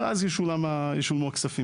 הצביעה לה והגישה גם הצעת חוק ממשלתית,